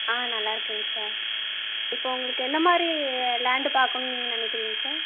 ஆ நல்லா இருக்கேங்க சார் இப்போ உங்களுக்கு எந்த மாதிரி லேண்டு பார்க்கணுன்னு நீங்கள் நினக்கிறீங்க சார்